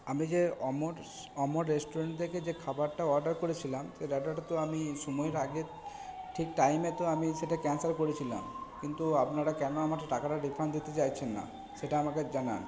আমি যে অমর রেস্টুরেন্ট থেকে যে খাবারটা অর্ডার করেছিলাম সেই অর্ডারটা তো আমিই সময়ের আগে ঠিক টাইমে তো আমি সেটা ক্যানসেল করেছিলাম কিন্তু আপনারা কেন আমাকে টাকাটা রিফান্ড দিতে চাইছেন না সেটা আমাকে জানান